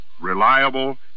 reliable